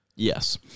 Yes